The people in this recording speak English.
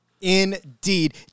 indeed